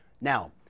Now